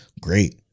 great